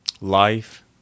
life